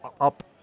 up